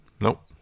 Nope